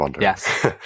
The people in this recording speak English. Yes